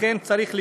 לכן צריך לשלב,